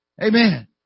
Amen